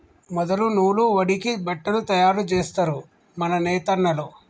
మొదలు నూలు వడికి బట్టలు తయారు జేస్తరు మన నేతన్నలు